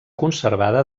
conservada